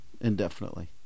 indefinitely